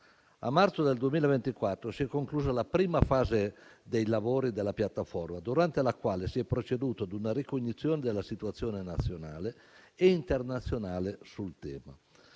A marzo del 2024 si è conclusa la prima fase dei lavori della piattaforma, durante la quale si è proceduto ad una ricognizione della situazione nazionale e internazionale sul tema.